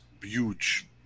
huge